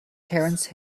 terence